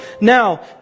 Now